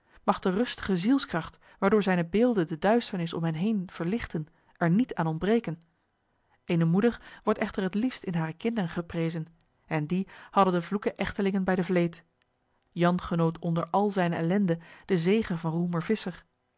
mag de rustige zielskracht waardoor zijne beelden de duisternis om hen heen verlichten er niet aan ontbreken eene moeder wordt echter het liefst in hare kinderen geprezen en die hadden de kloeke echtelingen bij de vleet jan genoot onder al zijne ellende den zegen van roemer visscher